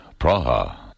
Praha